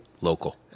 Local